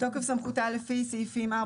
"בתוקף סמכותה לפי סעיפים 4,